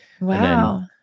Wow